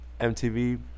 MTV